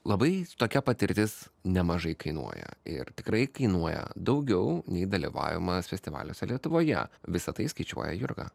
labai tokia patirtis nemažai kainuoja ir tikrai kainuoja daugiau nei dalyvavimas festivaliuose lietuvoje visa tai skaičiuoja jurga